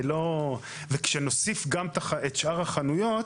וכשנוסיף את שאר החנויות